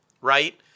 right